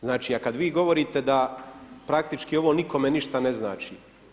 Znači a kad vi govorite da praktički ovo nikome ništa ne znači.